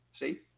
see